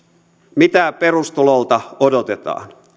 mitä perustulolta odotetaan